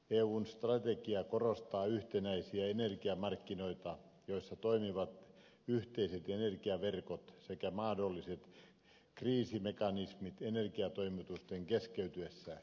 eun strategia korostaa yhtenäisiä energiamarkkinoita joissa toimivat yhteiset energiaverkot sekä mahdolliset kriisimekanismit energiatoimitusten keskeytyessä